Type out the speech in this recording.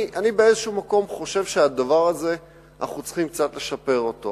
אני באיזה מקום חושב שאנחנו צריכים לשפר את הדבר הזה.